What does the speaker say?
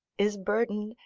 is burdened,